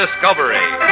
discovery